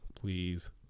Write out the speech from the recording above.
please